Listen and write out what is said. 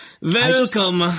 Welcome